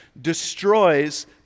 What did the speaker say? destroys